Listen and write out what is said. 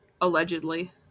Allegedly